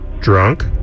drunk